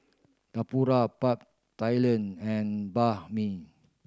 Tempura Pad Thailand and Banh Mi